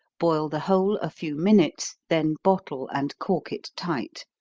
boil the whole a few minutes, then bottle and cork it tight.